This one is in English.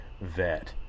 vet